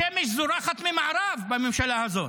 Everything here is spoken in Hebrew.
השמש זורחת ממערב בממשלה הזאת.